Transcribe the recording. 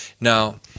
Now